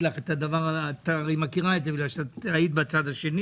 לך את הרי מכירה את זה בגלל שהיית בצד השני